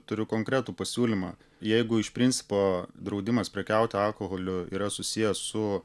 turiu konkretų pasiūlymą jeigu iš principo draudimas prekiauti alkoholiu yra susijęs su